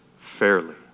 fairly